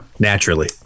naturally